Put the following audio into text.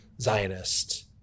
Zionist